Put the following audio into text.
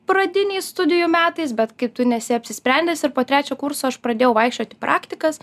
pradiniais studijų metais bet kai tu nesi apsisprendęs ir po trečio kurso aš pradėjau vaikščiot į praktikas